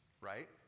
right